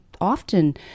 often